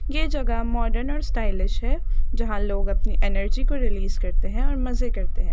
یہ جگہ ماڈرن اور اسٹائلش ہے جہاں لوگ اپنی انرجی کو ریلیز کرتے ہیں اور مزے کرتے ہیں